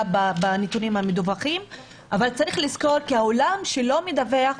בנתונים המדווחים אבל צריך לזכור שהעולם שלא מדווח,